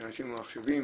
'אנשים ומחשבים',